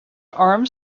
armed